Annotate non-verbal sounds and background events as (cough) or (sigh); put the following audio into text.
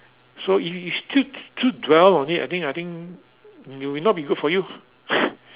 so if if still still dwell on it I think I think it will not be good for you (noise)